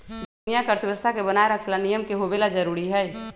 दुनिया के अर्थव्यवस्था के बनाये रखे ला नियम के होवे ला जरूरी हई